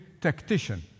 tactician